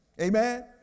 amen